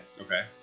Okay